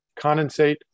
condensate